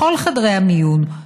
בכל חדרי המיון,